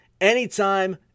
anytime